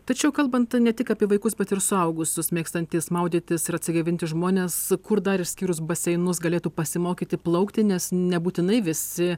tačiau kalbant ne tik apie vaikus bet ir suaugusius mėgstantys maudytis ir atsigaivinti žmonės kur dar išskyrus baseinus galėtų pasimokyti plaukti nes nebūtinai visi